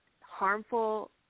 harmful